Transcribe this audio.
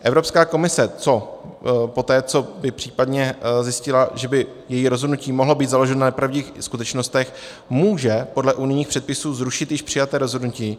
Evropská komise poté, co by případně zjistila, že by její rozhodnutí mohlo být založeno na nepravdivých skutečnostech, může podle unijních předpisů zrušit již přijaté rozhodnutí.